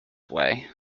way